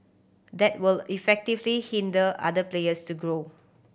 that will effectively hinder other players to grow